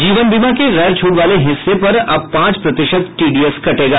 जीवन बीमा के गैर छूट वाले हिस्से पर अब पांच प्रतिशत टीडीएस कटेगा